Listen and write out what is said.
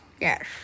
Yes